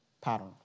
pattern